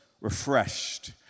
refreshed